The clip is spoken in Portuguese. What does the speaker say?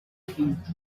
vivo